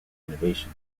innovation